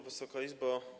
Wysoka Izbo!